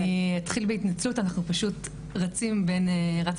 אני אתחיל בהתנצלות אנחנו פשוט רצים בין שני